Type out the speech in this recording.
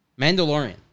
Mandalorian